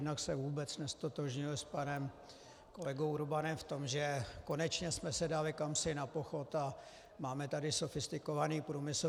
Jednak se vůbec neztotožňuji s panem kolegou Urbanem v tom, že konečně jsme se dali kamsi na pochod a máme tady sofistikovaný průmysl.